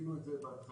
עשינו את זה בהתחלה